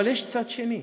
אבל יש צד שני,